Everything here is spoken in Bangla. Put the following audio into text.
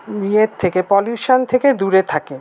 ইয়ের থেকে পলিউশন থেকে দূরে থাকে